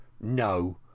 No